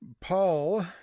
Paul